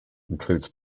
includes